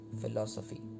philosophy